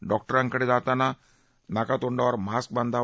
डॉक्टरोंकडे जाताना नाकातोंडावर मास्क बांधावा